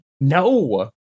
No